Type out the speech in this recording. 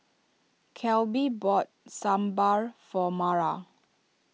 Kelby bought Sambar for Mara